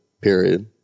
period